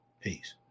Peace